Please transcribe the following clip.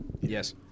Yes